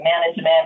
management